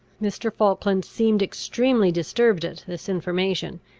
mr. falkland seemed extremely disturbed at this information,